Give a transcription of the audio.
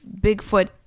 Bigfoot